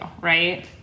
right